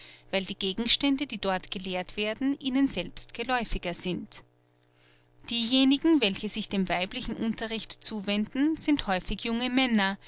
weil die gegenstände die dort gelehrt werden ihnen selbst geläufiger sind diejenigen welche sich dem weiblichen unterricht zuwenden sind häufig junge männer